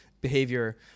behavior